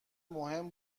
مهم